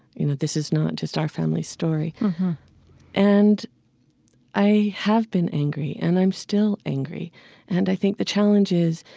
you know, this is not just our family's story mm-hmm and i have been angry and i'm still angry and i think the challenge is,